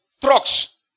trucks